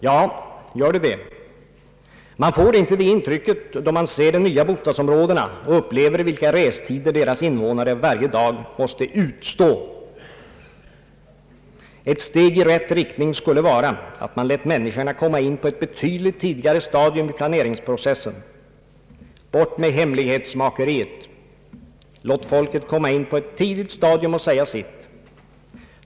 Ja, gör det det? Man får inte det intrycket då man ser de nya bostadsområdena och upplever vilka restider invånarna där varje dag måste utstå. Ett steg i rätt riktning skulle vara att man lät människorna komma in i planeringsprocessen på ett betydligt tidigare stadium. Bort med hemlighetsmakeriet! Låt folket komma in på ett tidigt stadium och säga sitt.